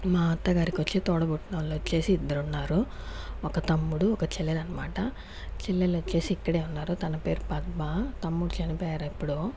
మా అత్తగారుకు వచ్చి తోడబుట్టినోళ్లు వచ్చేసి ఇద్దరున్నారు ఒక తమ్ముడు ఒక చెల్లెలనమాట చెల్లెలొచ్చేసి ఇక్కడే ఉన్నారు తన పేరు పద్మ తమ్ముడు చనిపోయారు ఎప్పుడో